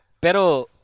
pero